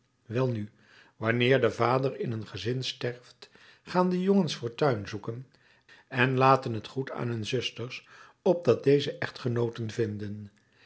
welnu wanneer de vader in een gezin sterft gaan de jongens fortuin zoeken en laten het goed aan hun zusters opdat dezen echtgenooten vinden